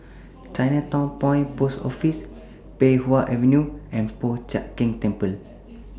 Chinatown Point Post Office Pei Wah Avenue and Po Chiak Keng Temple